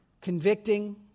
convicting